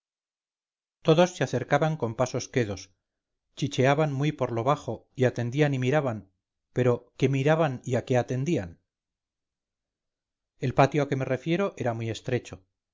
todos se acercaban con pasos quedos chicheaban muy por lo bajo y atendían y miraban pero qué miraban y a qué atendían el patio a que me refiero era muy estrecho